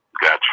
Gotcha